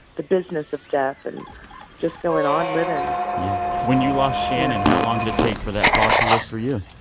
the business of death and just going on living yeah. when you lost shannon, how long did it take for that fog to lift for you?